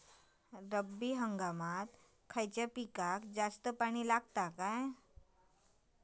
रब्बी हंगामात खयल्या पिकाक जास्त पाणी लागता काय?